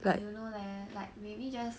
I don't know leh like maybe just